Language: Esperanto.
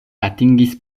atingis